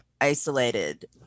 isolated